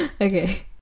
okay